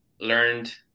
learned